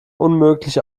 unmöglich